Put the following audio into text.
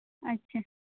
ᱟᱪᱪᱷᱟ